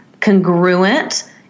congruent